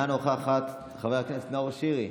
אינה נוכחת, חבר הכנסת נאור שירי,